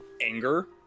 anger